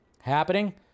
happening